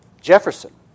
Jefferson